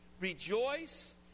Rejoice